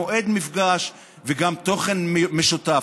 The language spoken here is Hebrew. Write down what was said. מועד מפגש וגם תוכן משותף.